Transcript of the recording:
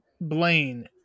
Blaine